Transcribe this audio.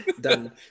done